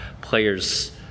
players